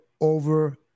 over